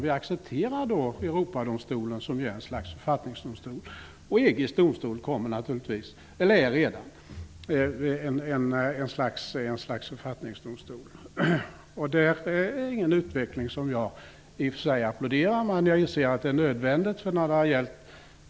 Vi accepterar därmed Europadomstolen som ett slags författningsdomstol, och detsamma gäller beträffande EG-domstolen. Detta är i och för sig inte en utveckling som jag applåderar, men jag inser att den är nödvändig.